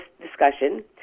discussion